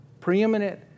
Preeminent